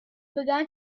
began